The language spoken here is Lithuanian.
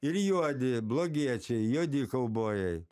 ir juodi blogiečiai juodi kaubojai